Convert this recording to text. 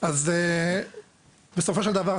אז בסופו של דבר היא